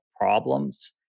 problems